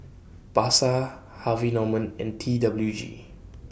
Pasar Harvey Norman and T W G